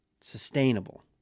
sustainable